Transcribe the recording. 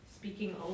Speaking